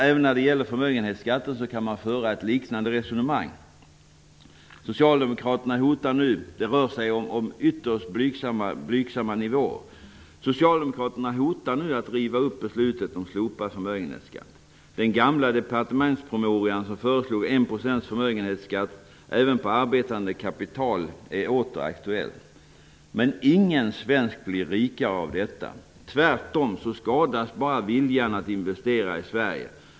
Även när det gäller förmögenhetsskatten kan man föra ett liknande resonemang. Det rör sig om ytterst blygsamma belopp. Socialdemokraterna hotar nu att riva upp beslutet om slopad förmögenhetsskatt. Den gamla departementspromemorian som föreslog 1 % förmögenhetsskatt även på arbetande kapital är åter aktuell. Men ingen svensk blir rikare av detta. Tvärtom -- det skadar bara viljan att investera i Sverige.